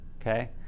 okay